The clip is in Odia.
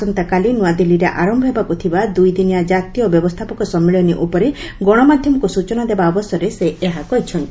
ଆସନ୍ତାକାଲି ନୁଆଦିଲ୍ଲୀରେ ଆରମ୍ଭ ହେବାକୁ ଥିବା ଦୁଇଦିନିଆ ଜାତୀୟ ବ୍ୟବସ୍ଥାପକ ସମ୍ମିଳନୀ ଉପରେ ଗଣମାଧ୍ୟମକୁ ସୂଚନା ଦେବା ଅବସରରେ ସେ ଏହା କହିଛନ୍ତି